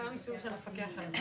גם עיסוק של המפקח על הבנק,